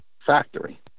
factory